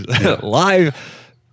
live